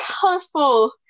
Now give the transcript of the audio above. colorful